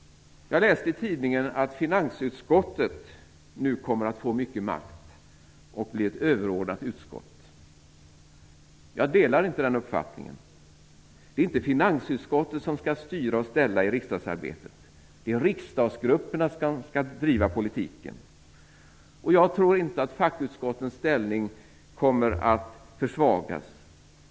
Jag läste i tidningen att finansutskottet nu kommer att få mycket makt och blir ett överordnat utskott. Jag delar inte den uppfattningen. Det är inte finansutskottet som skall styra och ställa i riksdagsarbetet, utan det är riksdagsgrupperna som skall driva politiken. Jag tror inte att fackutskottens ställning kommer att försvagas.